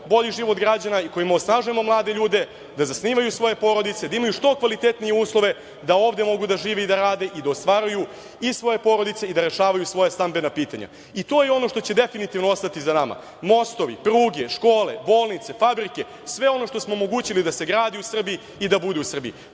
bolji život građana, kojim osnažujemo mlade ljude da zasnivaju svoje porodice, da imaju što kvalitetnije uslove, da ovde mogu da žive i da rade i da ostvaruju i svoje porodice i da rešavaju svoja stambena pitanja.26/1 VS/IR 15.20 – 15.30To je ono što će definitivno ostati za nama, mostovi, pruge, škole, bolnice, fabrike sve ono što smo omogućili da se gradi u Srbiji i da bude u Srbiji.